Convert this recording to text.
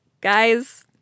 guys